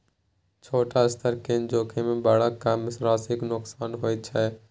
छोट स्तर केर जोखिममे बड़ कम राशिक नोकसान होइत छै